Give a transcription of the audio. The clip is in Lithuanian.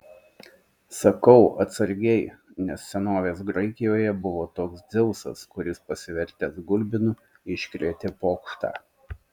sakau atsargiai nes senovės graikijoje buvo toks dzeusas kuris pasivertęs gulbinu iškrėtė pokštą